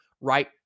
right